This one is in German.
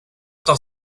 doch